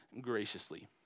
graciously